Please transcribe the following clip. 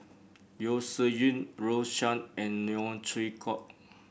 Yeo Shih Yun Rose Chan and Neo Chwee Kok